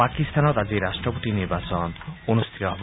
পাকিস্তানত আজি ৰাষ্ট্ৰপতি নিৰ্বাচন অনুষ্ঠিত হ'ব